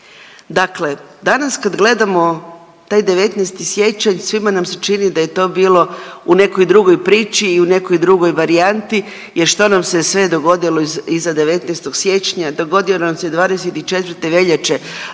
Dakle danas kad gledamo taj 19. siječanj svima nam se čini da je to bilo u nekoj drugoj priči i u nekoj drugoj varijanti jer što nam se sve dogodilo iza 19. siječnja, dogodio nam se 24. veljače